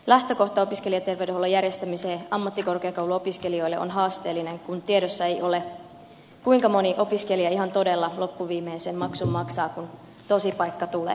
lähtökohta opiskelijaterveydenhuollon järjestämiseen ammattikorkeakouluopiskelijoille on haasteellinen kun tiedossa ei ole kuinka moni opiskelija ihan todella loppuviimein sen maksun maksaa kun tosipaikka tulee